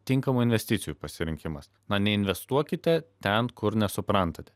tinkamai investicijų pasirinkimas na neinvestuokite ten kur nesuprantate